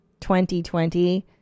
2020